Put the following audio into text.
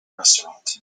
restaurant